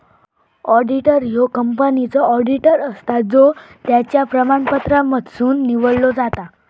auditor ह्यो कंपनीचो auditor असता जो त्याच्या प्रमाणपत्रांमधसुन निवडलो जाता